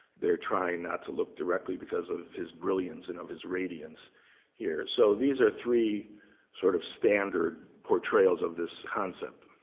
they're trying not to look directly because of his brilliance and of his radiance here. so these are three sort of standard portrayals of this concept.